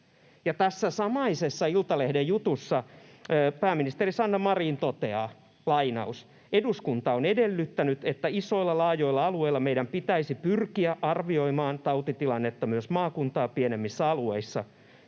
Tässä samaisessa Iltalehden jutussa pääministeri Sanna Marin toteaa: ”Eduskunta on edellyttänyt, että isoilla laajoilla alueilla meidän pitäisi pyrkiä arvioimaan tautitilannetta myös maakuntaa pienemmissä alueissa.